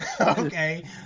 Okay